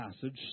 passage